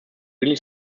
really